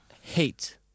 hate